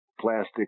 plastic